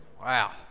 Wow